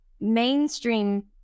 mainstream